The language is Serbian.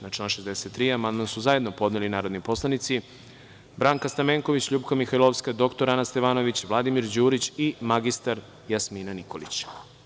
Na član 63. amandman su zajedno podneli narodni poslanici Branka Stamenković, LJupka Mihajlovska, dr Ana Stevanović, Vladimir Đurić i mr Jasmina Nikolić.